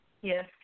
Yes